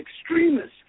extremists